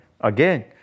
again